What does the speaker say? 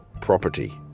property